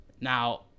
Now